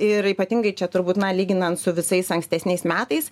ir ypatingai čia turbūt na lyginant su visais ankstesniais metais